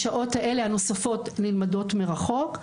השעות האלה הנוספות נלמדות מרחוק.